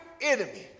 enemy